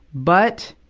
but,